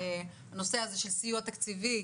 הנושא הזה של סיוע תקציבי